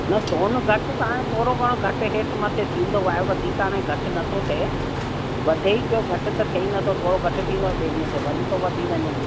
न सोन घटि त हाणे थोरो घणो घटि हेठि मथे थींदो आहे वधीक हाणे घटि नथो थिए वधे ई पियो हाणे त थिए ई नथो थोरो घटि थींदो आहे ॿिए ॾींह ते वरी थो वधी वञे